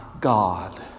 God